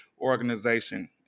organization